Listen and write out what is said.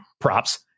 props